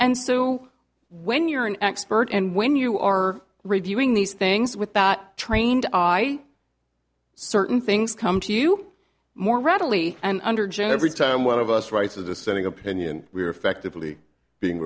and so when you're an expert and when you are reviewing these things with that trained eye certain things come to you more readily and under jeffrey time one of us writes a dissenting opinion we are effectively being